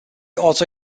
also